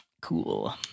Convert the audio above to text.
Cool